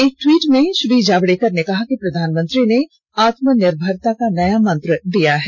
एक ट्वीट में श्रीजावडेकर ने कहा कि प्रधानमंत्री ने आत्मनिर्भरता का नया मंत्र दिया है